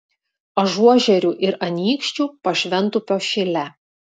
ažuožerių ir anykščių pašventupio šile